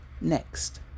Next